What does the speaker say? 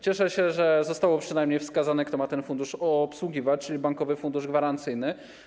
Cieszę się, że zostało przynajmniej wskazane, kto ma ten fundusz obsługiwać, czyli Bankowy Fundusz Gwarancyjny.